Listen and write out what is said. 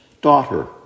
daughter